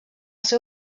seu